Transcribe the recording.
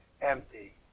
empty